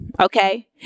okay